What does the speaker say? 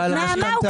נעמה,